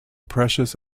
precious